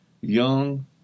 young